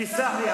תסלח לי,